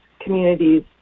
communities